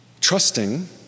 Trusting